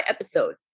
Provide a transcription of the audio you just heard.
episode